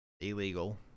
illegal